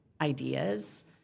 Ideas